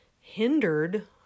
hindered